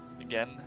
again